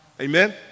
Amen